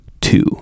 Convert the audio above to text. two